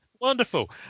wonderful